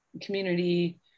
community